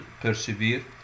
persevere